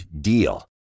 DEAL